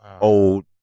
old